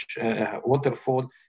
waterfall